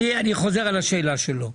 אני חוזר על השאלה שלו.